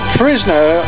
prisoner